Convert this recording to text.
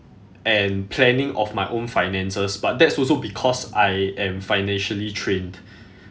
and planning of my own finances but that's also because I am financially trained